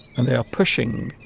and they are pushing